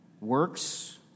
works